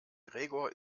gregor